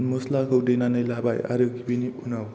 मसलाखौ देनानै लाबाय आरो बेनि उनाव